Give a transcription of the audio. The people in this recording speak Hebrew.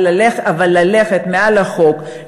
אבל ללכת מעל לחוק,